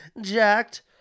jacked